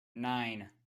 nine